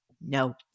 no